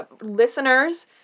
listeners